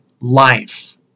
life